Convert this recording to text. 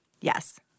Yes